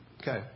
Okay